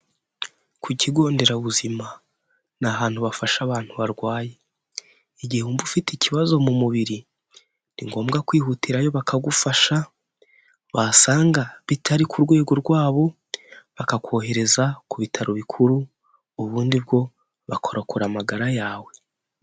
Ku kigonderabuzima ni ahantu bafasha abantu barwaye igihe wumva ufite ikibazo mu mubiri ni ngombwa kwihutirayo bakagufasha, wasanga bitari ku rwego rwabo bakakohereza ku bitaro bikuru ubundi bwo bakorakora amagara yawe.